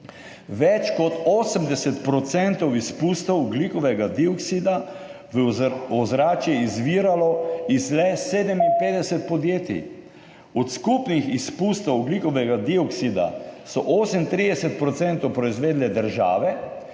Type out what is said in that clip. več kot 80 % izpustov ogljikovega dioksida v ozračje izviralo iz le 57 podjetij. Od skupnih izpustov ogljikovega dioksida so 38 % proizvedle države,